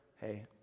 Hey